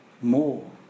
More